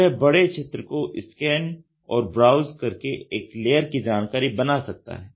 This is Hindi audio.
तो यह बड़े क्षेत्र को स्कैन और ब्राउज़ करके एक लेयर की जानकारी बना सकता है